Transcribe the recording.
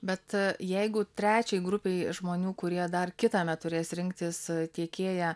bet jeigu trečiai grupei žmonių kurie dar kitąmet turės rinktis tiekėją